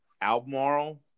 Albemarle